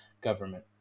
government